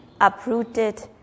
uprooted